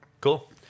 Cool